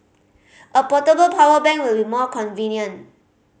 a portable power bank will be more convenient